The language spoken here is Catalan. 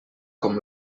com